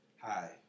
Hi